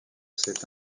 cet